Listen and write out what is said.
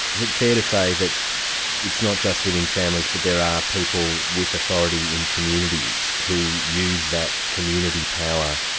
is it fair to say that it's not just within families, but there are people with authority in communities who use that community power,